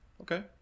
Okay